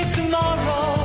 tomorrow